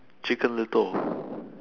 chicken little